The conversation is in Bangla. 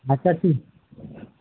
আচ্ছা ঠিক